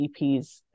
EPs